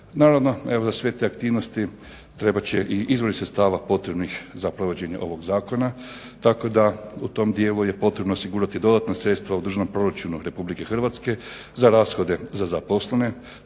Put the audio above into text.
Naravno, evo za sve te aktivnosti trebat će i izvori sredstava potrebnih za provođenje ovog zakona, tako da u tom dijelu je potrebno osigurati dodatna sredstva u Državnom proračunu RH za rashode za zaposlene,